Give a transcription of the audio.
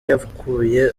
yakuye